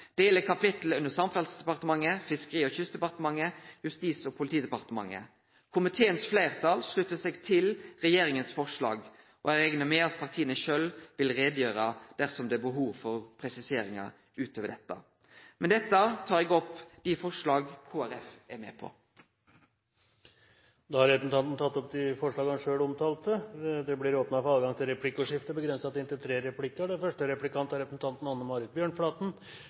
kapittel under Samferdselsdepartementet, Fiskeri- og kystdepartementet og Justis- og politidepartementet. Komiteens fleirtal sluttar seg til regjeringas forslag, og eg reknar med at partia sjølve vil gjere greie for det dersom det er behov for presiseringar utover dette. Med dette tek eg opp dei forslaga Kristeleg Folkeparti er med på. Representanten Knut Arild Hareide har tatt opp de forslagene han refererte til. Det